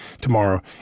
tomorrow